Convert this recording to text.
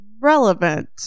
relevant